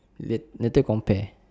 lat~ later compare